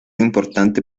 importante